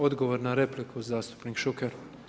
Odgovor na repliku zastupnik Šuker.